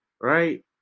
right